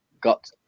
got